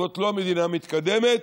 זאת לא מדינה מתקדמת,